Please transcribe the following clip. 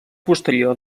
posterior